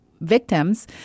victims